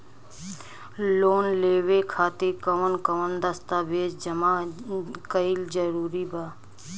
Loan लेवे खातिर कवन कवन दस्तावेज जमा कइल जरूरी बा?